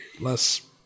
less